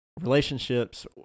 relationships